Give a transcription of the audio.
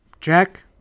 Jack